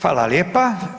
Hvala lijepa.